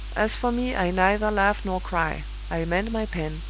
as for me, i neither laugh nor cry i mend my pen,